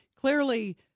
clearly